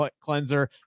cleanser